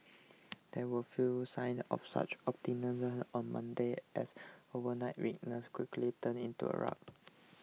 there were few signs of such optimism on Monday as overnight weakness quickly turned into a rout